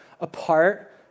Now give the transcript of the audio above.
apart